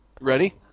Ready